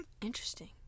Interesting